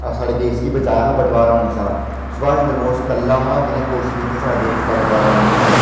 साढ़े देश गी बचाया हा बटबारा होने शा सुभाश चन्द्र बोस कल्ला हा जिन्नै कोशश कीती ही साढ़े देश दा बटबारा नेईं होऐ